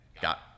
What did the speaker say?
got